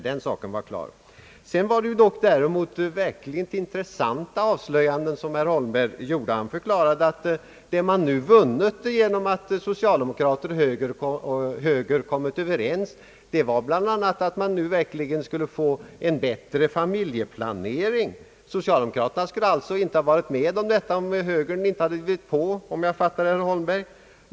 Herr Holmberg gjorde ett intressant avslöjande då han förklarade att man genom att socialdemokraterna och högern kommit överens bland annat uppnått att det skulle bli en bättre familje planering. Socialdemokraterna skulle alltså inte ha gått med på detta — om jag förstod herr Holmberg rätt — om inte högern hade drivit på.